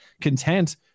content